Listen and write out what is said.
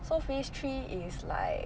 so phase three is like